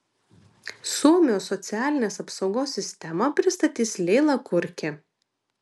suomijos socialinės apsaugos sistemą pristatys leila kurki